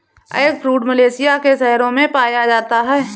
eggfruit Malaysia के शहरों में पाया जाता है